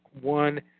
one